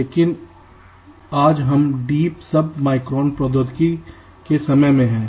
लेकिन आज हम Deep Sub Micron प्रौद्योगिकी के समय में हैं